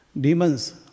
demons